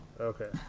Okay